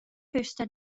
höchster